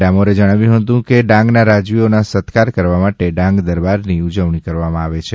ડામોરે જણાવ્યું હતું કે ડાંગના રાજવીઓના સત્કાર કરવા માટે ડાંગ દરબારની ઉજવણી કરવામાં આવે છે